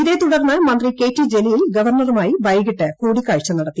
ഇതേ തുടർന്ന് മന്ത്രി ഏക്കിട്ടി ജലീൽ ഗവർണറുമായി വൈകിട്ട് കൂടിക്കാഴ്ച നടത്തി